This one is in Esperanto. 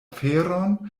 feron